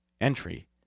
entry